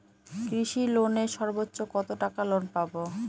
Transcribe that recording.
কৃষি লোনে সর্বোচ্চ কত টাকা লোন পাবো?